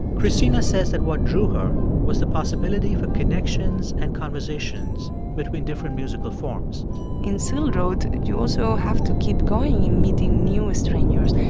cristina says that what drew her was the possibility for connections and conversations between different musical forms in silk road, you also have to keep going meeting new strangers,